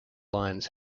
lines